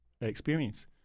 experience